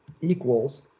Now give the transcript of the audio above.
equals